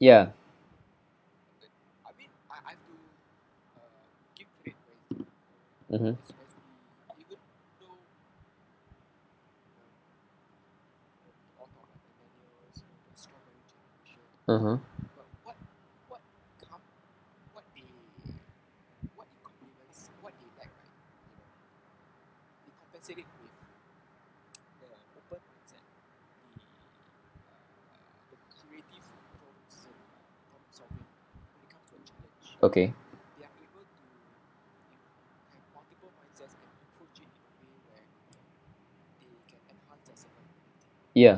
ya mmhmm mmhmm okay ya